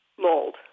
mold